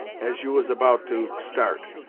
as you was about to start,